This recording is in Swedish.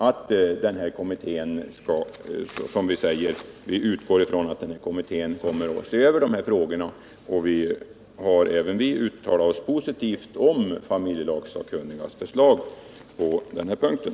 Vi i utskottsmajoriteten utgår från att kommittén kommer att se över de här frågorna, och även vi har uttalat oss positivt om familjelagssakkunigas förslag på den här punkten.